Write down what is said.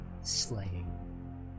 slaying